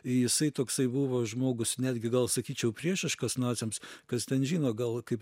jisai toksai buvo žmogus netgi gal sakyčiau priešiškas naciams kas ten žino gal kaip